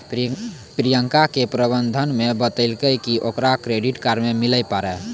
प्रियंका के प्रबंधक ने बतैलकै कि ओकरा क्रेडिट कार्ड नै मिलै पारै